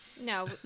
no